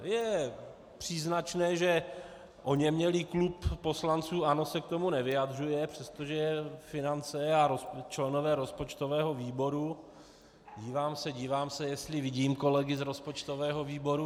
Je příznačné, že oněmělý klub poslanců ANO se k tomu nevyjadřuje, přestože finance a členové rozpočtového výboru dívám se, dívám se, jestli vidím kolegy z rozpočtového výboru.